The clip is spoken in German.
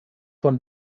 von